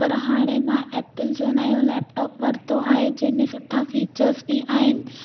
पर हाणे मां ऐपल जो नयो लैपटॉप वरितो आहे जंहिंमें सुठा फीचर्स बि आहिनि